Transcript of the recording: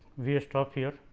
we are stop here.